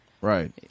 Right